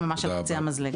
זה ממש על קצה המזלג.